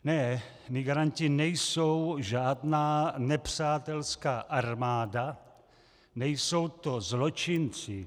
Ne, migranti nejsou žádná nepřátelská armáda, nejsou to zločinci.